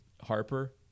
Harper